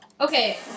Okay